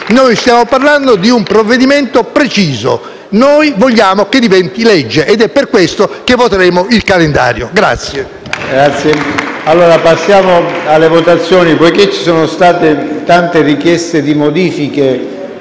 Noi stiamo parlando di un provvedimento preciso, che noi vogliamo che diventi legge ed è per questo che voteremo il calendario.